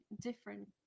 different